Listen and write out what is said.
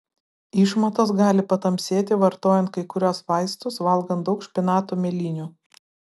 išmatos gali patamsėti vartojant kai kuriuos vaistus valgant daug špinatų mėlynių